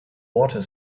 water